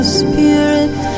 spirit